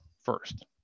first